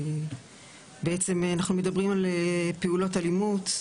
בעצם אנחנו מדברים על פעולות אלימות,